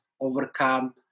overcome